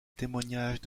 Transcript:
témoignage